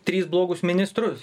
tris blogus ministrus